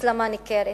הסלמה ניכרת: